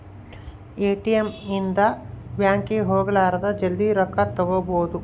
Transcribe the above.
ATM ಇಂದ bank ಗೆ ಹೋಗಲಾರದ ಜಲ್ದೀ ರೊಕ್ಕ ತೆಕ್ಕೊಬೋದು